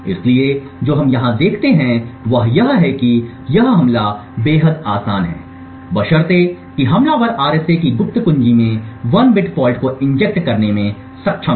इसलिए जो हम यहां देखते हैं वह यह है कि यह हमला बेहद आसान है बशर्ते कि हमलावर आरएसए की गुप्त कुंजी में 1 बिट फॉल्ट को इंजेक्ट करने में सक्षम हो